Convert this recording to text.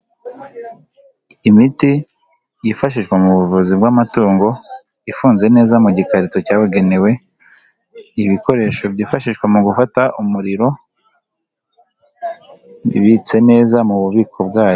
Imiti yifashishwa mu buvuzi bw'amatungo, ifunze neza mu gikarito cyabugenewe. Ibikoresho byifashishwa mu gufata umuriro, bibitse neza mu bubiko bwabyo.